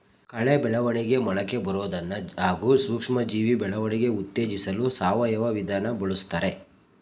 ಕಳೆ ಬೆಳವಣಿಗೆ ಮೊಳಕೆಬರೋದನ್ನ ಹಾಗೂ ಸೂಕ್ಷ್ಮಜೀವಿ ಬೆಳವಣಿಗೆ ಉತ್ತೇಜಿಸಲು ಸಾವಯವ ವಿಧಾನ ಬಳುಸ್ತಾರೆ